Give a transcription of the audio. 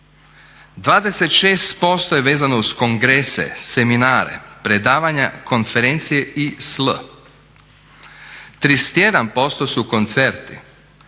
26% je vezano uz kongrese, seminare, predavanja, konferencije i sl. 31% su koncerti.